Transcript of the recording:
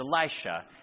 Elisha